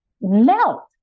melt